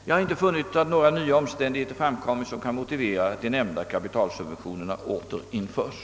Jag har inte funnit att några nya omständigheter framkommit, som kan motivera att de nämnda kapitalsubventionerna åter införs.